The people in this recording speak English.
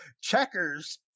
Checkers